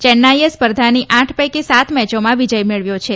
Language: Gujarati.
ચેન્નાઈએ સ્પર્ધાની આઠ પૈકી સાત મેચોમાં વિજય મેળવ્યો છે